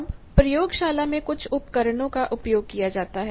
अब प्रयोगशाला में कुछ उपकरणों का उपयोग किया जाता है